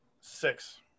Six